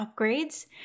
upgrades